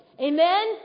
amen